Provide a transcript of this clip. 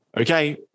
okay